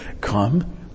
Come